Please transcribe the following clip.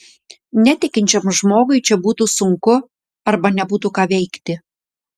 netikinčiam žmogui čia būtų sunku arba nebūtų ką veikti